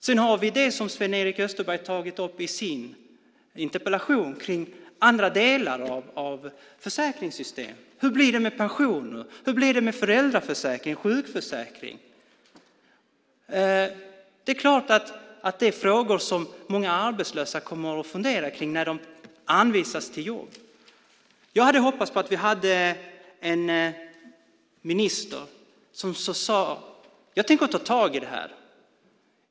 Sedan har vi det som Sven-Erik Österberg har tagit upp i sin interpellation om andra delar av försäkringssystemet. Hur blir det med pensioner, föräldraförsäkring och sjukförsäkring? Det är klart att det är frågor som många arbetslösa kommer att fundera kring när de anvisas jobb. Jag hade hoppats på att vi skulle ha en minister som sade: Jag tänker ta tag i det här.